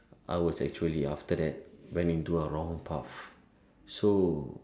I was actually after that went into a wrong path so